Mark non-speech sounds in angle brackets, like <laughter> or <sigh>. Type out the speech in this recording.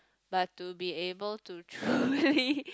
but to be able to <breath> truly